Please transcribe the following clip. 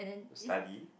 study